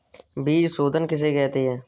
बीज शोधन किसे कहते हैं?